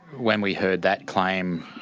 when we heard that claim